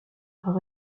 par